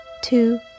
two